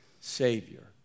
Savior